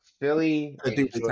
Philly